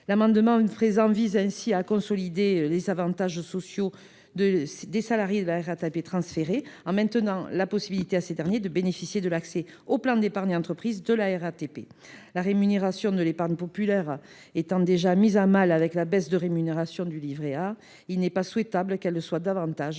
amendement vise à consolider les avantages sociaux de tous les salariés de la RATP transférés en maintenant la possibilité pour ces derniers de bénéficier de l’accès au plan d’épargne entreprise de la Régie. La rémunération de l’épargne populaire étant déjà mise à mal par la baisse de rémunération du livret A, il n’est pas souhaitable qu’elle le soit davantage